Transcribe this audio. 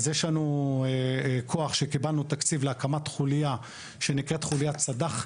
אז יש לנו כוח שקיבלנו תקציב להקמת חוליה שנקראת חוליית סד"ח,